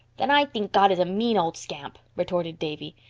then i think god is a mean old scamp retorted davy.